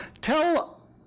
tell